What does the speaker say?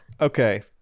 Okay